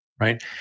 right